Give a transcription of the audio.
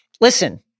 Listen